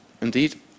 indeed